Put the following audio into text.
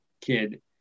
kid